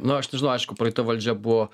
nu aš nežinau aišku praeita valdžia buvo